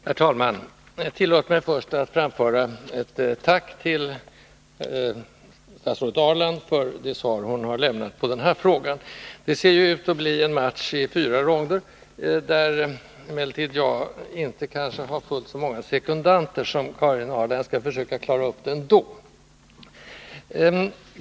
Herr talman! Tillåt mig först att framföra ett tack till statsrådet Ahrland för det svar hon lämnat på den här frågan. Det ser ut att bli en match i fyra ronder, där jag emellertid inte har fullt så många sekonder som Karin Ahrland. Jag skall försöka klara upp det ändå.